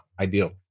ideal